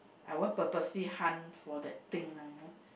I won't purposely hunt for that thing lah you know